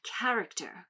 character